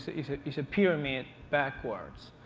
it's ah it's a pyramid backwards.